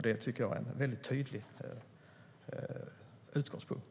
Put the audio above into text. Det tycker jag är en väldigt tydlig utgångspunkt.